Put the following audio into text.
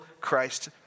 Christ